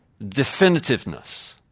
definitiveness